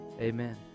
amen